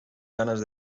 ganas